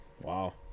wow